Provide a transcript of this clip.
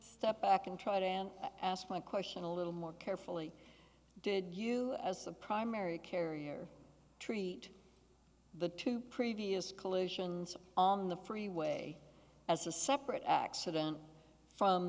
step back and try to ask my question a little more carefully did you as the primary carrier treat the two previous collisions on the freeway as a separate accident from